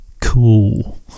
cool